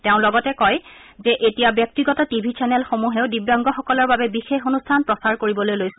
তেওঁ লগতে কয় যে এতিয়া ব্যক্তিগত টিভি চেনেলসমূহেও দিব্যাংগসকলৰ বাবে বিশেষ অনুষ্ঠান প্ৰচাৰ কৰিবলৈ লৈছে